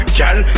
Girl